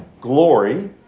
glory